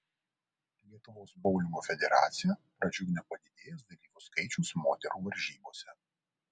lietuvos boulingo federaciją pradžiugino padidėjęs dalyvių skaičius moterų varžybose